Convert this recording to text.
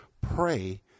pray